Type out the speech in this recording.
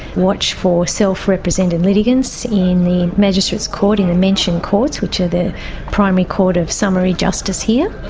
watch for self-represented litigants in the magistrates court, in the mention courts which are the primary court of summary justice here,